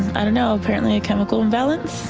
i don't know, apparently a chemical imbalance